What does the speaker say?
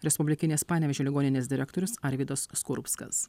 respublikinės panevėžio ligoninės direktorius arvydas skorupskas